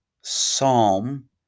psalm